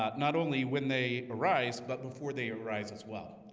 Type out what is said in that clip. not not only when they arise but before they arise as well,